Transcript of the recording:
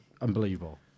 Unbelievable